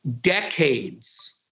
decades